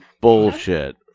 Bullshit